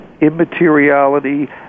immateriality